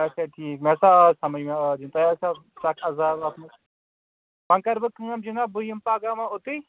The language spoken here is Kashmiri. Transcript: اچھا ٹھیٖک مےٚ ہسا آو سَمجھ مےٚ آو تۄہہِ آسۍ ہو ؤنۍ کَرٕ بہٕ کٲم جِناب بہٕ یِمہٕ پگاہ وٕ اوتٕے